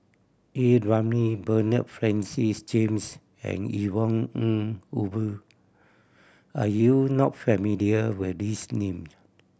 A Ramli Bernard Francis James and Yvonne Ng Uhde are you not familiar with these names